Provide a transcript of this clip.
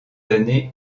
années